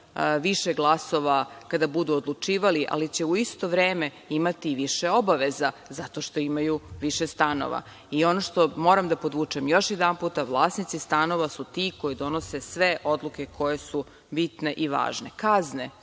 više glasova kada budu odlučivali, ali će u isto vreme imati više obaveza, zato što imaju više stanova. Ono što moram da podvučem još jedanputa, vlasnici stanova su ti koji donose sve odluke koje su bitne i važne. Kazne